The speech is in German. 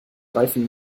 reifen